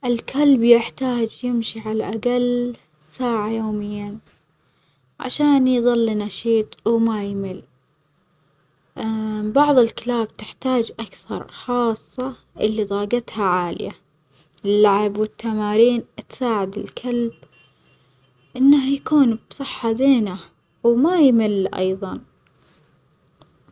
الكلب يحتاج يمشي على الأجل ساعة يوميًا عشان يظل نشيط وما يمل، بعظ الكلاب تحتاج أكثر خاصة اللي طاجتها عالية، اللعب والتمارين تساعد الكلب إنه يكون بصحة زينة وما يمل أيظًا.